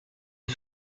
est